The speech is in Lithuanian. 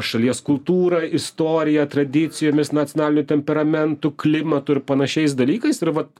šalies kultūra istorija tradicijomis nacionaliniu temperamentu klimatu ir panašiais dalykais ir vat